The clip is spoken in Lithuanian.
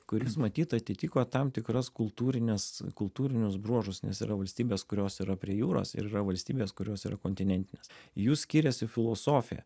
kuris matyt atitiko tam tikras kultūrines kultūrinius bruožus nes yra valstybės kurios yra prie jūros ir yra valstybės kurios yra kontinentinės jų skiriasi filosofija